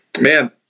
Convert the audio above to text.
man